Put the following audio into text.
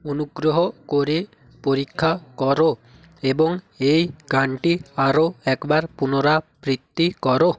অনুগ্রহ করে পরীক্ষা করো এবং এই গানটি আরও একবার পুনরাবৃত্তি করো